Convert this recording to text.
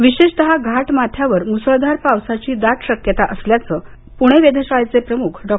विशेषतः घाटमाथ्यावर मुसळधार पावसाची दाट शक्यता असल्याचं पुणे वेधशाळेचे प्रमुख डॉ